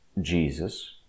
Jesus